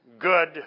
good